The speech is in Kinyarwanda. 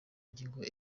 ngingo